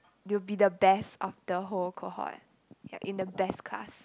you will be the best of the whole cohort you're in the best class